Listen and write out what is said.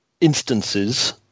instances